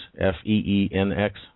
F-E-E-N-X